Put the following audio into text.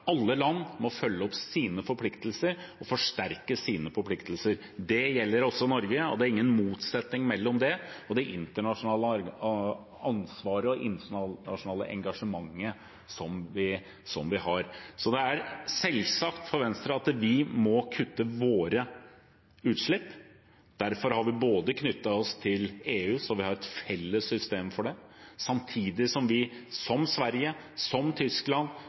gjelder også Norge, og det er ingen motsetning mellom det og det internasjonale ansvaret og internasjonale engasjementet som vi har, så det er selvsagt for Venstre at vi må kutte våre utslipp. Derfor har vi knyttet oss til EU, så vi har et felles system for det, samtidig som vi – som Sverige, som Tyskland,